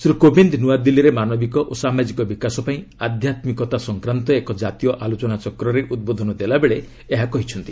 ଶ୍ରୀ କୋବିନ୍ଦ ନ୍ତଆଦିଲ୍ଲୀରେ ମାନବିକ ଓ ସାମାଜିକ ବିକାଶ ପାଇଁ ଆଧ୍ୟାତ୍ଲିକତା ସଂକ୍ରାନ୍ତ ଏକ ଜାତୀୟ ଆଲୋଚନାଚକ୍ରରେ ଉଦ୍ବୋଧନ ଦେଲାବେଳେ ଏହା କହିଛନ୍ତି